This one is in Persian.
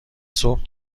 صبح